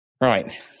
Right